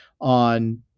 on